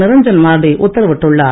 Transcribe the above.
நிரஞ்சன் மார்டி உத்தரவிட்டுள்ளார்